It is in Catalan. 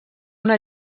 una